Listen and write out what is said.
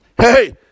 Hey